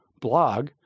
blog